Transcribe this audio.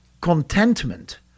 contentment